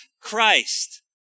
Christ